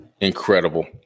incredible